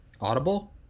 audible